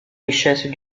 richesses